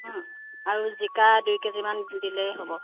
আৰু জিকা দুই কেজিমান দিলেই হ'ব